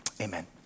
amen